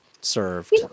served